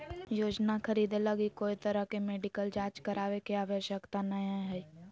योजना खरीदे लगी कोय तरह के मेडिकल जांच करावे के आवश्यकता नयय हइ